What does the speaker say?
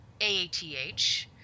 AATH